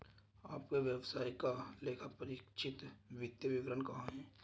आपके व्यवसाय का लेखापरीक्षित वित्तीय विवरण कहाँ है?